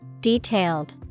Detailed